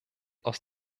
aus